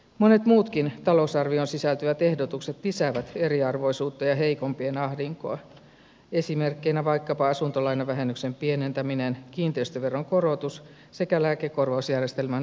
monet muutkin talousarvioon sisältyvät ehdotukset lisäävät eriarvoisuutta ja heikompien ahdinkoa esimerkkeinä vaikkapa asuntolainavähennyksen pienentäminen kiinteistöveron korotus sekä lääkekorvausjärjestelmän uudistaminen